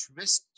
risk